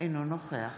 אינו נוכח